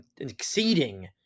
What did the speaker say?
exceeding